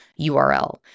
URL